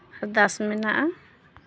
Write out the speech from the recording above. ᱟᱨᱫᱟᱥ ᱢᱮᱱᱟᱜᱼᱟ